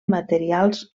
materials